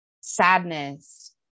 Sadness